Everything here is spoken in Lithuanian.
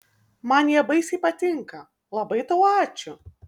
man jie baisiai patinka labai tau ačiū